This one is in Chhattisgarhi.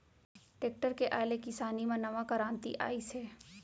टेक्टर के आए ले किसानी म नवा करांति आइस हे